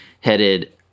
headed